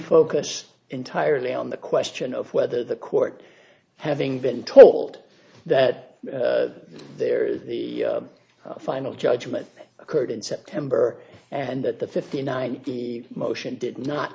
focus entirely on the question of whether the court having been told that there is the final judgment occurred in september and that the fifty nine the motion did not